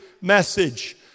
message